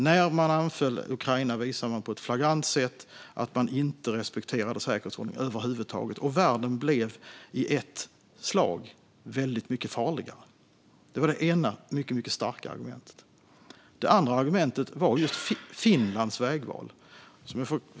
När man anföll Ukraina visade man på ett flagrant sätt att man inte respekterade säkerhetsordningen över huvud taget, och världen blev i ett slag väldigt mycket farligare. Det var det ena mycket, mycket starka argumentet. Det andra argumentet var just Finlands vägval.